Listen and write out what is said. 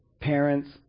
parents